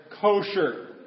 kosher